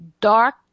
dark